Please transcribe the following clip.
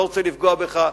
אני לא רוצה לפגוע בך.